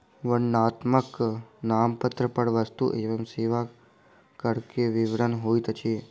वर्णनात्मक नामपत्र पर वस्तु एवं सेवा कर के विवरण होइत अछि